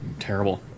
Terrible